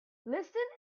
listen